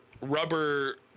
rubber